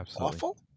awful